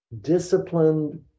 disciplined